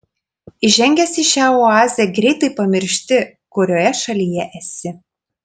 įžengęs į šią oazę greitai pamiršti kurioje šalyje esi